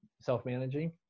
self-managing